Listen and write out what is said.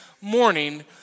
morning